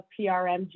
PRMG